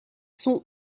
sont